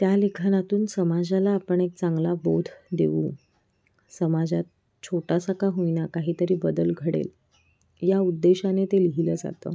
त्या लिखानातून समाजाला आपण एक चांगला बोध देऊ समाजात छोटासा का होईना काही तरी बदल घडेल या उद्देशाने ते लिहिलं जातं